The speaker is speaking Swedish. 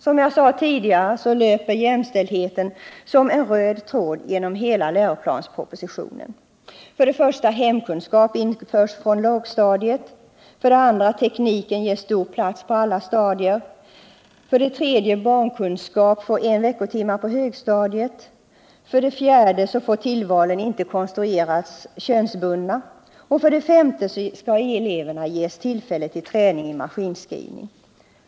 Som jag sade tidigare löper jämställdheten som en röd tråd genom hela läroplanspropositionen: 2. Tekniken ges stor plats på alla stadier. 5. Eleverna ges tillfälle till träning i maskinskrivning.